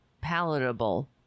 palatable